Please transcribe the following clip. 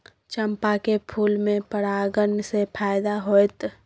चंपा के फूल में परागण से फायदा होतय?